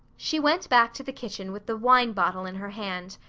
she went back to the kitchen with the wine bottle in her hand.